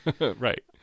Right